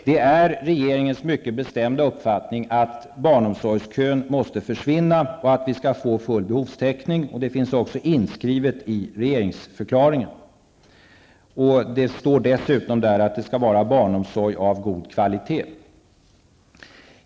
Det är regeringens mycket bestämda uppfattning att barnomsorgsköerna måste försvinna och att vi skall få fullbehovstäckning. Det finns också inskrivet i regeringsförklaringen. Det står dessutom där att det skall vara barnomsorg av god kvalitet.